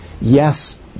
Yes